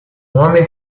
homem